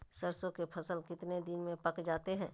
सरसों के फसल कितने दिन में पक जाते है?